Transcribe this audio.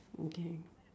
okay